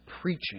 preaching